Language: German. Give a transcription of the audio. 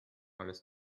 alles